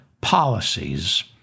policies